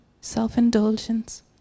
self-indulgence